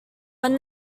when